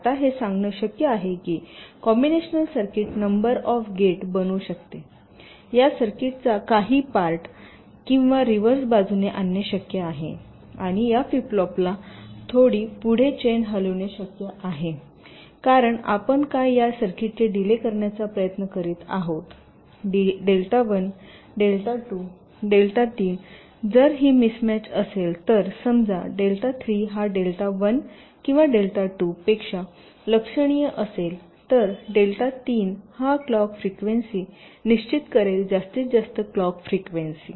आता हे सांगणे शक्य आहे की हे combinational circuit number of gate बनवू शकते या सर्किटचा काही पार्ट येथे किंवा रिव्हर्स बाजूने आणणे शक्य आहे आणि या फ्लिप फ्लॉपला थोडी पुढे चेन हलविणे शक्य आहे कारण आपण काय या सर्किटचे डीले करण्याचा प्रयत्न करीत आहेत डेल्टा 1 डेल्टा 2 डेल्टा 3 जर ही मिसमॅच असेल तर समजा डेल्टा 3 हा डेल्टा 1 किंवा डेल्टा 2 पेक्षा लक्षणीय असेल तर डेल्टा तीन हा क्लॉक फ्रिक्वेन्सी निश्चित करेल जास्तीत जास्त क्लॉक फ्रिक्वेन्सी